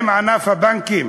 האם ענף הבנקים